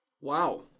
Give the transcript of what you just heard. Wow